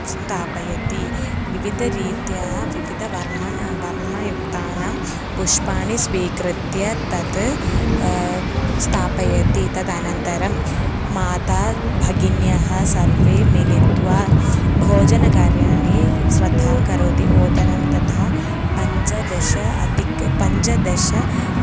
स्थापयति विविधरीत्या विविधवर्णः वर्णयुक्तानां पुष्पाणि स्वीकृत्य तत् स्थापयति तदनन्तरं माता भगिन्यः सर्वे मिलित्वा भोजनकार्याणि श्रद्धां करोति ओदनं तथा पञ्चदश अधिकं पञ्जदश